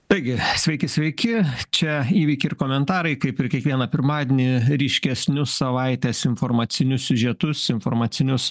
taigi sveiki sveiki čia įvykiai ir komentarai kaip ir kiekvieną pirmadienį ryškesnius savaitės informacinius siužetus informacinius